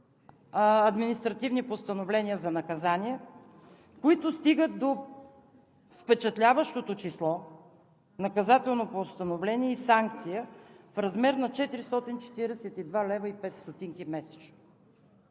административни постановления за наказания, които стигат до впечатляващото число – наказателно постановление и санкция, в размер на 442,05 лв. месечно